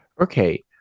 Okay